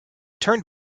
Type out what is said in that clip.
turned